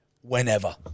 Whenever